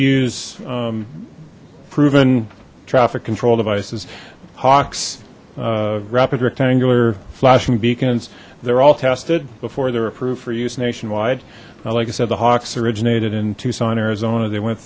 use proven traffic control devices hawks rapid rectangular flashing beacons they're all tested before they're approved for use nationwide now like i said the hawks originated in tucson arizona they went